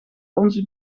onze